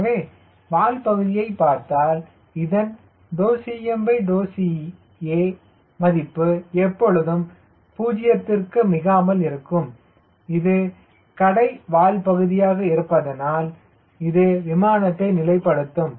எனவே வால் பகுதியை பார்த்தால் இதன் CmCa மதிப்பு எப்பொழுதும் 0 மிகாமல் இருக்கும் இதுகடை வால் பகுதியாக இருப்பதனால் இது விமானத்தை நிலைப்படுத்தும்